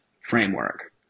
framework